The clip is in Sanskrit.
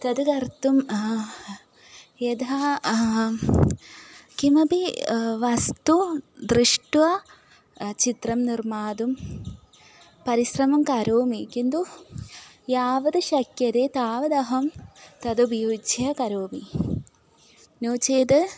तद् कर्तुं यथा किमपि वस्तु दृष्ट्वा चित्रं निर्मातुं परिश्रमं करोमि किन्तु यावद् शक्यते तावदहं तदुपयुज्य करोमि नो चेद्